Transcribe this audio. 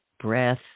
breath